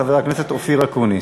חבר הכנסת אופיר אקוניס.